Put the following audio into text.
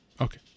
Okay